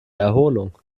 erholung